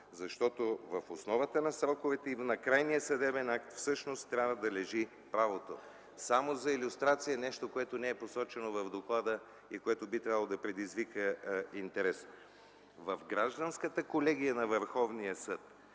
защото в основата на сроковете или на крайния съдебен акт всъщност трябва да лежи правото. Само за илюстрация нещо, което не е посочено в доклада и което би трябвало да предизвика интерес. В Гражданската колегия на Върховния съд